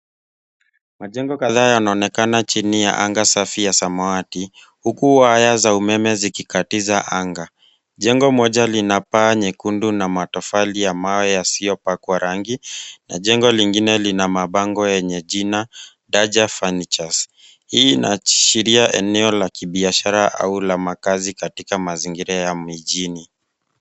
Majengo kadhaa yanaonekana chini ya anga safi ya samawati huku waya za umeme zikikatiza anga. Jengo moja lina paa nyekundu na matofali ya mawe yasiyopakwa rangi na jengo lingine lina mabango yenye jina Daja Furnitures. Hii inaashiria eneo la kibiashara au la makaazi katika mazingira ya mijini.